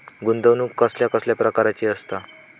गुंतवणूक कसल्या कसल्या प्रकाराची असता?